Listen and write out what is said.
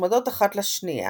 המוצמדות אחת לשנייה,